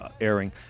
airing